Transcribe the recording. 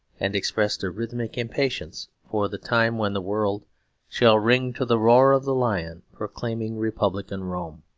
and expressed a rhythmic impatience for the time when the world shall ring to the roar of the lion proclaiming republican rome.